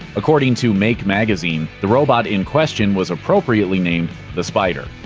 according to make magazine, the robot in question was appropriately named the spider.